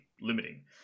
limiting